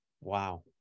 Wow